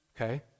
Okay